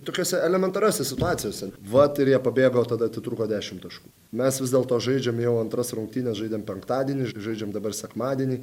tokiose elementariose situacijose vat ir jie pabėgo tada atitrūko dešimt taškų mes vis dėlto žaidžiam jau antras rungtynes žaidėm penktadienį žaidžiam dabar sekmadienį